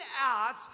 out